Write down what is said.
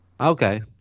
Okay